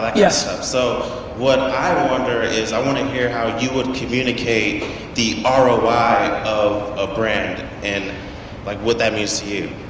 like yes. um so what i wonder is i want to hear how you would communicate the ah roi of a brand and like what that means to you.